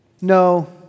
No